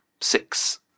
six